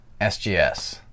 SGS